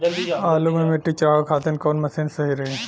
आलू मे मिट्टी चढ़ावे खातिन कवन मशीन सही रही?